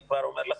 אני כבר אומר לך,